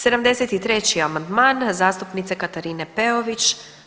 73. amandman zastupnice Katarine Peović.